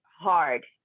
hard